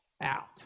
out